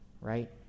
right